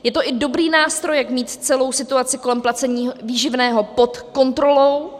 Je to i dobrý nástroj, jak mít celou situaci kolem placení výživného pod kontrolou.